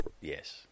Yes